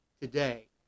today